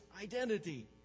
identity